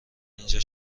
اینجا